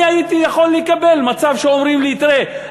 הייתי יכול לקבל מצב שאומרים לי: תראה,